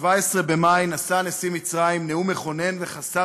ב-17 במאי נשא נשיא מצרים נאום מכונן וחסר